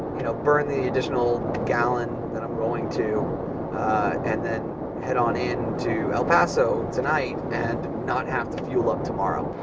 you know burn the additional gallon that i'm going to and then head on in to el paso tonight and not have to fuel up tomorrow.